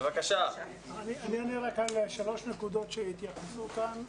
אני אענה רק על שלוש נקודות שהועלו כאן.